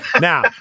now